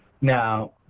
Now